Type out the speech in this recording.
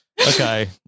okay